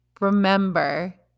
remember